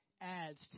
adds